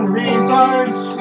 retards